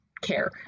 care